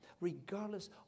regardless